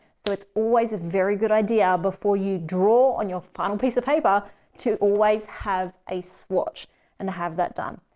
so it's always a very good idea before you draw on your final piece of paper to always have a swatch and have that done.